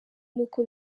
n’uko